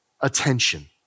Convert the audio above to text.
attention